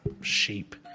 sheep